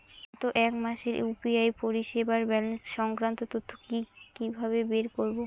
গত এক মাসের ইউ.পি.আই পরিষেবার ব্যালান্স সংক্রান্ত তথ্য কি কিভাবে বের করব?